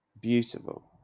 beautiful